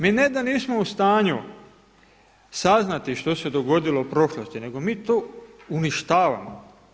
Mi ne da nismo u stanju saznati što se dogodilo u prošlosti, nego mi to uništavamo.